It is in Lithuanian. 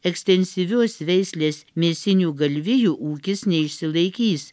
ekstensyvios veislės mėsinių galvijų ūkis neišsilaikys